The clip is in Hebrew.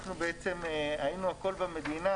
היינו הקול במדינה,